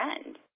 friend